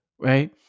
right